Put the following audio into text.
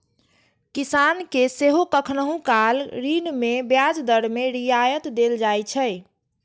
किसान कें सेहो कखनहुं काल ऋण मे ब्याज दर मे रियायत देल जाइ छै